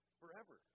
forever